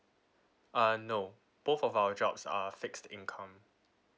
uh no both of our jobs are fixed income